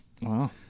Wow